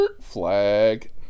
flag